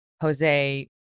Jose